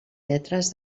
lletres